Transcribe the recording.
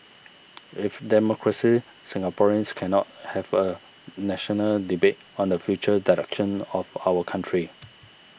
with democracy Singaporeans cannot have a national debate on the future direction of our country